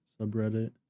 subreddit